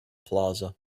plaza